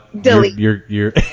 delete